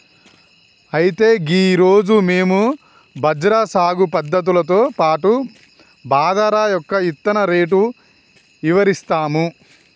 అయితే గీ రోజు మేము బజ్రా సాగు పద్ధతులతో పాటు బాదరా యొక్క ఇత్తన రేటు ఇవరిస్తాము